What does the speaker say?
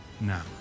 now